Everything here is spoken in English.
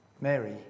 Mary